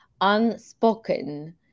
unspoken